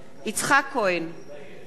נגד משה כחלון,